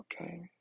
okay